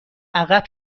عقب